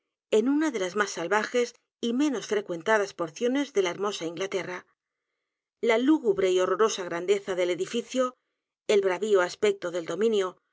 en una de las más salvajes y menos frecuentadas porciones de la hermosa inglaterra la lúgubre y horrorosa grandeza del edificio el bravio aspecto del dominio